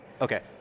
okay